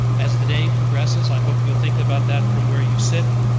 as the day progresses, i hope you'll think about that from where you sit.